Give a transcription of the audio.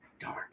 Darn